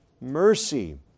mercy